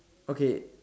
okay